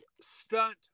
stunt